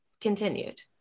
continued